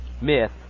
myth